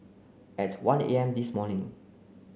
at one A M this morning